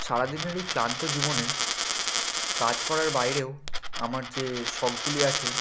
সারা দিনের এই ক্লান্ত জীবনে কাজ করার বাইরেও আমার যে শখগুলি আছে